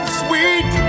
sweet